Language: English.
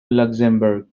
luxembourg